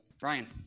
Brian